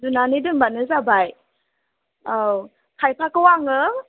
जुनानै दोनबानो जाबाय औ फैसाखौ आङो